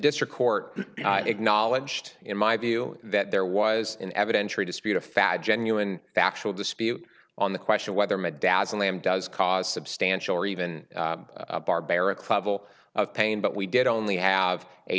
district court acknowledged in my view that there was an evidentiary dispute a fat genuine factual dispute on the question whether my dad's name does cause substantial or even a barbaric level of pain but we did only have a